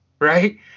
right